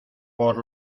por